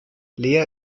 lea